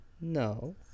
no